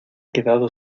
quedado